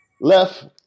Left